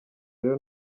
rero